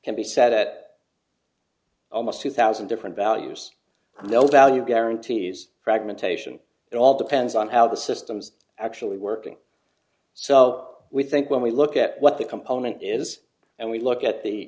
can be set at almost two thousand different values and they'll value guarantees fragmentation it all depends on how the system's actually working so we think when we look at what the component is and we look at the